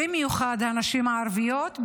במיוחד הנשים הערביות,